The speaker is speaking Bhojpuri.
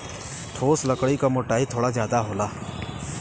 ठोस लकड़ी क मोटाई थोड़ा जादा होला